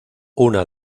una